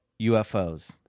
ufos